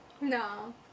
No